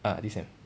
ah this sem